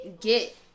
Get